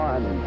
One